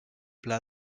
pla